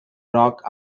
rock